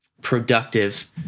productive